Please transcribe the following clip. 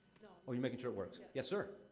oh, you're making sure it works. yes, sir?